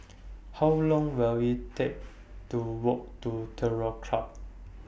How Long Will IT Take to Walk to Terror Club